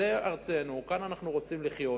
זו ארצנו, כאן אנחנו רוצים לחיות.